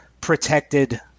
protected